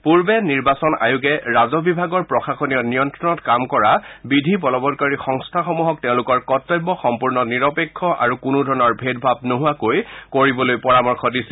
পূৰ্বে নিৰ্বাচন আয়োগে ৰাজহ বিভাগৰ প্ৰশাসনীয় নিয়ন্ত্ৰণত কাম কৰা বিধি বলবৎকাৰী সংস্থাসমূহক তেওঁলোকৰ কৰ্তব্য সম্পৰ্ণ নিৰপেক্ষ আৰু কোনো ধৰণৰ ভেদভাৱ নোহোৱাকৈ কাম কৰিবলৈ পৰামৰ্শ দিছিল